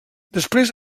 després